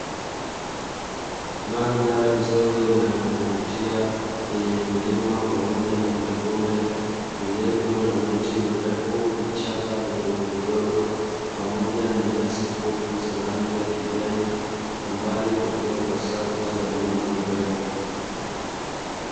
Mandhari nzuri na ya kuvutia yenye vilima pamoja na mabonde vilivyo na miti mirefu, vichaka vidogovidogo pamoja na nyasi fupi za rangi ya kijani, kwa mbali kukiwa na safu za milima mirefu.